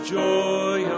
joy